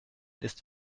ist